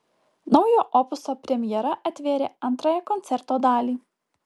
naujo opuso premjera atvėrė antrąją koncerto dalį